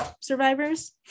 survivors